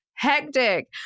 hectic